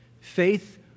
Faith